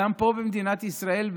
גם פה במדינת ישראל,